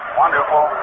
wonderful